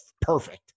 perfect